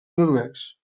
noruecs